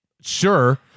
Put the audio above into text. sure